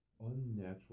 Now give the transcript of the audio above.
unnatural